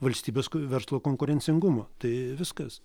valstybės verslo konkurencingumą tai viskas